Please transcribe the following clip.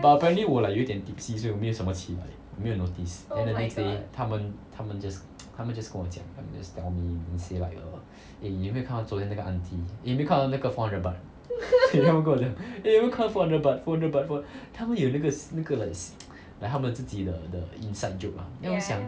but apparently 我 like 有一点 tipsy 所以我没有什么奇怪我没有 notice then the next day 他们他们 just 他们 just 跟我讲他们 just tell me they say like err eh 你有没有看到昨天那个 auntie eh 你有没有看到那个 four hundred baht then 他们跟我讲 eh 你有没有看到 four hundred baht four hundred baht 他们有那个那个 like like 他们自己的的 inside joke mah then 我就想